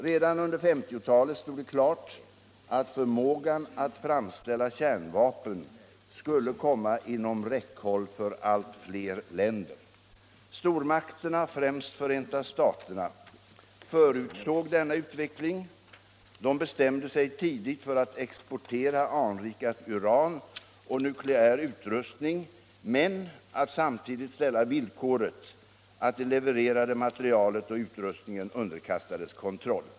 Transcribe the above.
Redan under 1950-talet stod det klart att förmågan att framställa kärnvapen skulle komma inom räckhåll för allt fler länder. Stormakterna — främst Förenta staterna — förutsåg denna utveckling. De bestämde sig tidigt för att exportera anrikat uran och nukleär utrustning men att samtidigt ställa villkoret att det levererade materialet och utrustningen underkastades kontroll.